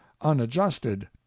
unadjusted